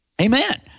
Amen